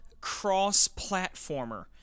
cross-platformer